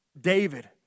David